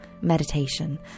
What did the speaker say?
meditation